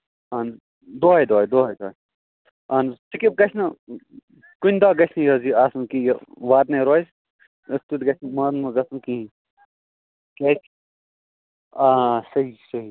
اَہَن حظ دۄہَے دۄہَے دۄہَے دۄہَے اَہَن حظ سِکِپ گژھِ نہٕ کُنہِ دۄہ گَژھِ نہٕ یہِ حظ یہِ آسُن کیٚنٛہہ یہِ واتنَے روزِ تٮُ۪تھ گژھِ نہٕ مانُن منٛز گژھُن کِہیٖنۍ کیٛاز آ آ آ صحیح صحیح صحیح